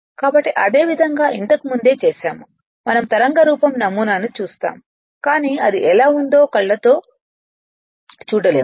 కాబట్టి అదేవిధంగా ఇంతకు ముందే చేసాముమనం తరంగ రూపం నమూనాను చూస్తాము కాని అది ఎలా ఉందో కళ్ళతో చూడలేము